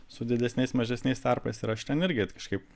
su didesniais mažesniais tarpais ir aš ten irgi kažkaip